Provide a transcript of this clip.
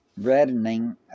reddening